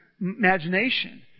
imagination